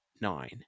nine